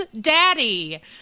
daddy